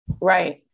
Right